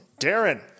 Darren